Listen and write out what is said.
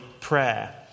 prayer